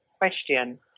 question